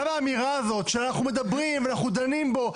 גם האמירה הזו שאנחנו מדברים ואנחנו דנים בו,